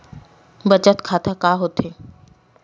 बचत खाता का होथे?